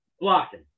blocking